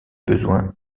besoins